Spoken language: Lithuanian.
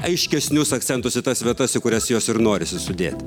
aiškesnius akcentus į tas vietas į kurias juos ir norisi sudėti